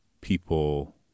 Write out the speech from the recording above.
people